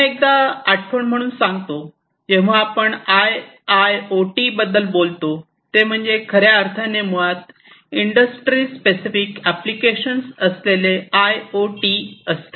पुन्हा एकदा आठवण म्हणून सांगतो जेव्हा आपण आय आय ओ टी याबद्दल बोलतो ते म्हणजे खऱ्या अर्थाने मुळात इंडस्ट्री स्पेसिफिक ऍप्लिकेशन्स असलेले आय ओ टी असते